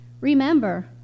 Remember